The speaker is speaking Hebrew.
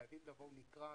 חייבים לבוא לקראת,